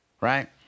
right